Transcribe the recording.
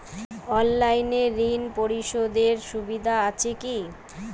অনলাইনে ঋণ পরিশধের সুবিধা আছে কি?